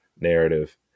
narrative